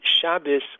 Shabbos